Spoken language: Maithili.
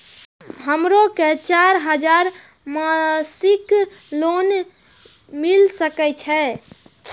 हमरो के चार हजार मासिक लोन मिल सके छे?